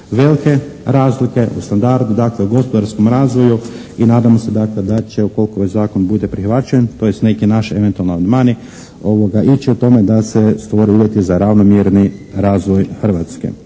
velike razlike u standardu. Dakle u gospodarskom razvoju i nadamo se dakle da će ukoliko ovaj zakon bude prihvaćen tj. neki naši eventualni amandmani ići u tome da se stvore uvjeti za ravnomjerni razvoj Hrvatske.